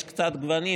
יש קצת גוונים,